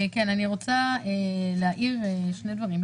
אני רוצה להעיר שני דברים.